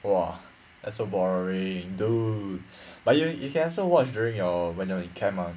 !wah! that's so boring dude but you you can also watch during your when you are in camp mah